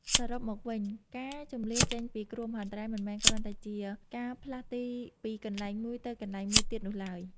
សរុបមកវិញ ការជម្លៀសចេញពីគ្រោះមហន្តរាយមិនមែនគ្រាន់តែជាការផ្លាស់ទីពីកន្លែងមួយទៅកន្លែងមួយទៀតនោះឡើយ។